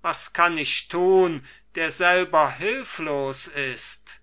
was kann ich tun der selber hülflos ist